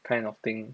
kind of thing